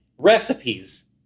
recipes